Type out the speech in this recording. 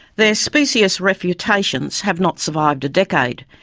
their specious refutations have not survived a decade,